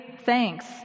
thanks